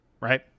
right